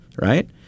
right